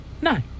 no